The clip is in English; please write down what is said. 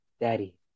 Daddy